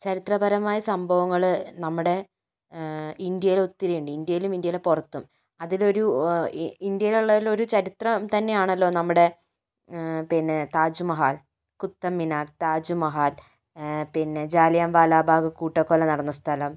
ചരിത്രപരമായ സംഭവങ്ങള് നമ്മുടെ ഇന്ത്യയിൽ ഒത്തിരിയുണ്ട് ഇന്ത്യയിലും ഇന്ത്യല് പുറത്തും അതിലൊരു ഇന്ത്യയിലുള്ളൊരു ചരിത്രം തന്നെയാണല്ലോ നമ്മുടെ പിന്നെ താജ്മഹാൽ കുത്തബ്മിനാർ താജ്മഹാൽ പിന്നെ ജാലിയൻവാലാബാഗ് കൂട്ടക്കൊല നടന്ന സ്ഥലം